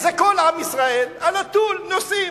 נת"צים.